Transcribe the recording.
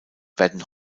werden